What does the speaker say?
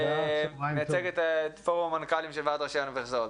מייצג את פורום המנכ"לים של ועד ראשי האוניברסיטאות,